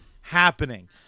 happening